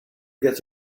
gets